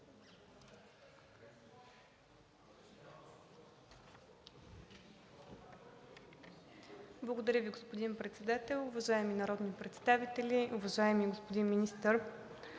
Благодаря Ви, господин Председател. Уважаеми народни представители, уважаеми господин Министър!